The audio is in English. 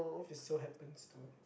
if so happens to